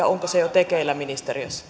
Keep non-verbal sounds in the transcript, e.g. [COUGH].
[UNINTELLIGIBLE] onko se jo tekeillä ministeriössä